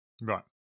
Right